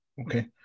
Okay